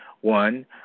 One